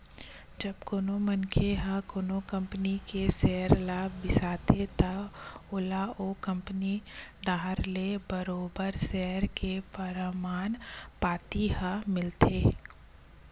जब कोनो मनखे ह कोनो कंपनी के सेयर ल बिसाथे त ओला ओ कंपनी डाहर ले बरोबर सेयर के परमान पाती ह मिलथे